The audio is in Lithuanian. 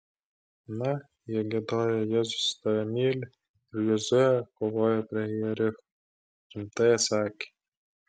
na jie giedojo jėzus tave myli ir jozuė kovojo prie jericho rimtai atsakė